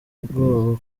ubwoba